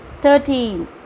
thirteen